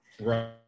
Right